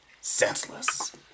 senseless